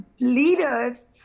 leaders